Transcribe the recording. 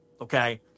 okay